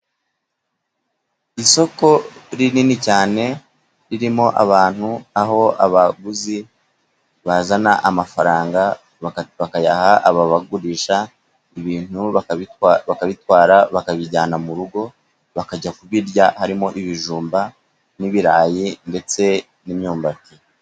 Isoko rinini cyane ririmo abantu, aho abaguzi bazana amafaranga bakayaha ababagurisha ibintu bakabitwara bakabijyana mu rugo bakajya kubirya, harimo ibijumba n'ibirayi ndetse n'imyumbati.